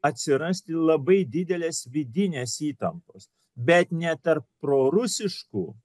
atsirasti labai didelės vidinės įtampos bet ne tarp prorusiškų